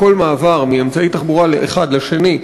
בכל מעבר מאמצעי תחבורה אחד לשני,